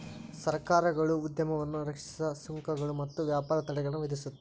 ಸರ್ಕಾರಗಳು ಉದ್ಯಮವನ್ನ ರಕ್ಷಿಸಕ ಸುಂಕಗಳು ಮತ್ತ ವ್ಯಾಪಾರ ತಡೆಗಳನ್ನ ವಿಧಿಸುತ್ತ